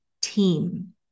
team